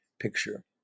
picture